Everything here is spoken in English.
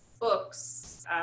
books